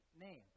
name